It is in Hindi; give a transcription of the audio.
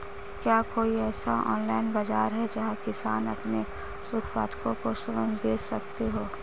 क्या कोई ऐसा ऑनलाइन बाज़ार है जहाँ किसान अपने उत्पादकों को स्वयं बेच सकते हों?